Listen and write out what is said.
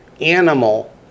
animal